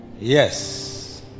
Yes